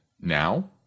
now